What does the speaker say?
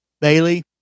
Bailey